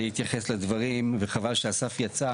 אז יבקשו ארכה ואולי גם יקבלו ארכה.